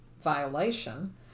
violation